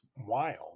wild